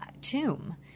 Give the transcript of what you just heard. tomb